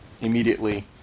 immediately